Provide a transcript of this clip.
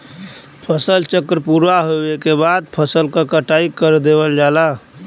फसल चक्र पूरा होवे के बाद फसल क कटाई कर देवल जाला